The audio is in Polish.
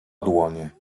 dłonie